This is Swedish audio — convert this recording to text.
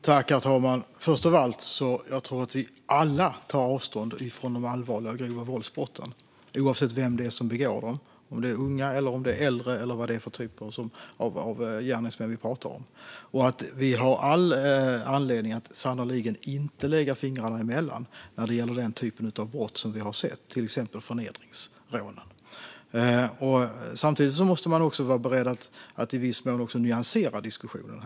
Herr talman! Jag tror att vi alla tar avstånd från de allvarliga och grova våldsbrotten, oavsett vem det är som begår dem, oavsett om det är unga eller äldre eller vad det är för typ av gärningsmän vi pratar om. Vi har sannerligen all anledning att inte lägga fingrarna emellan när det gäller den typ av brott som vi har sett, till exempel förnedringsrånen. Samtidigt måste man också vara beredd att i viss mån nyansera diskussionen.